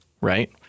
right